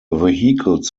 vehicles